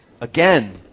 Again